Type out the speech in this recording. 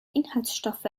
inhaltsstoffe